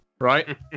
Right